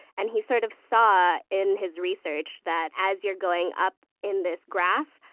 and he sort of saw in his research that as you're going up in this graph,